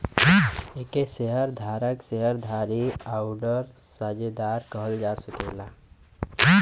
एके शेअर धारक, शेअर धारी आउर साझेदार कहल जा सकेला